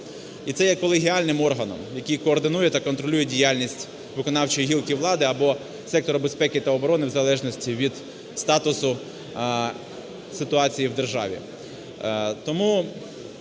і це є колегіальним органом, який координує та контролює діяльність виконавчої гілки влади або сектору безпеки та оборони, в залежності від статусу ситуації в державі.